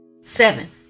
Seven